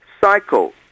cycle